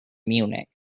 munich